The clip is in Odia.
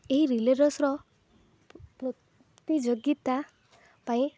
ଏହି ରିଲେ ରେସ୍ର ପ୍ରତିଯୋଗିତା ପାଇଁ